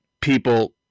people